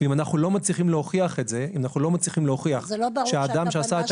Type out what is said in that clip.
ואם אנחנו לא מצליחים להוכיח את זה שהאדם שעשה את